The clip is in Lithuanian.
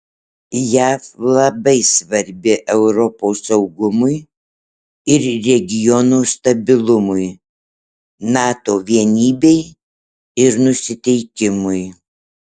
jav labai svarbi europos saugumui ir regiono stabilumui nato vienybei ir nusiteikimui